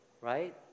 right